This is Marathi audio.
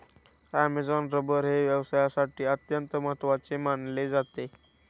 ॲमेझॉन रबर हे व्यवसायासाठी अत्यंत महत्त्वाचे मानले जाते